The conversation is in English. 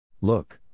Look